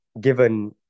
given